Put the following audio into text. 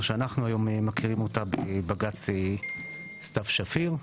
שאנחנו היום מכירים אותם בבג"צ סתיו שפיר,